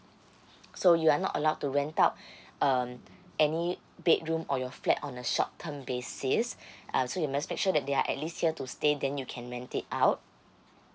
so you are not allowed to rent out um any bedroom or your flat on a short term basis uh so you must make sure that they are at least here to stay then you can rent it out